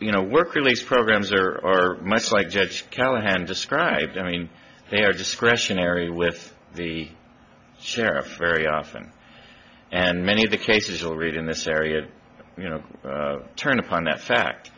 you know work release programs are much like judge callahan described i mean they are discretionary with the sheriffs very often and many of the cases you'll read in this area you know turn upon that fact